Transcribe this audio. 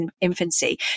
infancy